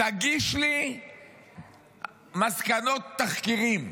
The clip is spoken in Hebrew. תגיש לי מסקנות תחקירים.